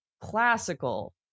classical